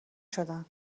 شدن